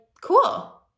cool